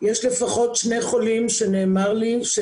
בעצם לפי הסכמי הביניים אנחנו עובדים רשות מול רשות